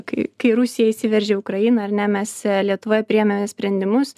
kai kai rusija įsiveržė į ukrainą ar ne mes lietuvoj priėmėme sprendimus